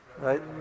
right